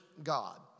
God